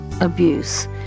abuse